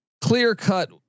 clear-cut